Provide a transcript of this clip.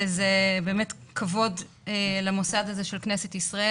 וזה באמת כבוד למוסד הזה של כנסת ישראל